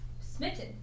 smitten